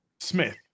Smith